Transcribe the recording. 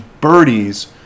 birdies